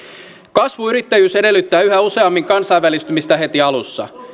kasvuyrittäjyys edellyttää yhä useammin kansainvälistymistä heti alussa